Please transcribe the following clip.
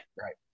Right